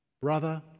brother